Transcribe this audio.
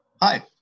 Hi